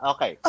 Okay